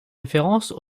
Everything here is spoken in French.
référence